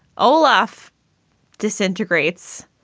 olaf disintegrates.